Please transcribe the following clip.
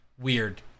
Weird